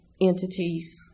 entities